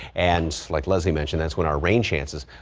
and like leslie mentioned that's what our rain chances.